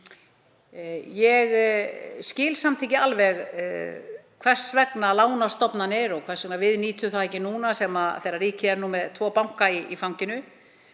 Ég skil samt ekki alveg hvers vegna lánastofnanir og hvers vegna við nýtum ekki tækifærið núna þegar ríkið er með tvo banka í fanginu,